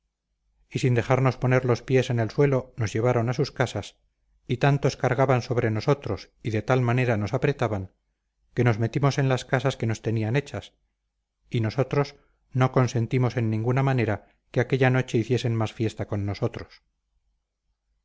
y sin dejarnos poner los pies en el suelo nos llevaron a sus casas y tantos cargaban sobre nosotros y de tal manera nos apretaban que nos metimos en las casas que nos tenían hechas y nosotros no consentimos en ninguna manera que aquella noche hiciesen más fiesta con nosotros